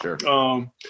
Sure